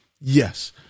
yes